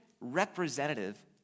representative